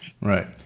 Right